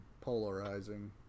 polarizing